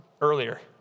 earlier